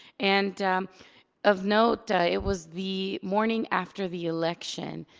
and of note, it was the morning after the election.